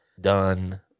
done